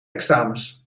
examens